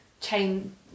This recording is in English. chain